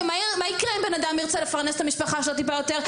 מה יקרה אם בן אדם ירצה לפרנס את המשפחה שלו טיפה יותר?